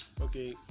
Okay